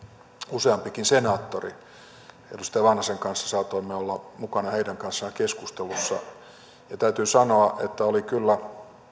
useampikin senaattori edustaja vanhasen kanssa saatoimme olla mukana heidän kanssaan keskustelussa täytyy sanoa että oli kyllä